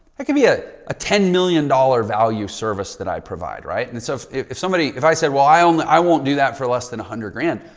that can be a a ten million dollars value service that i provide, right? and so if if somebody, if i said, well, i only, i won't do that for less than a hundred grand.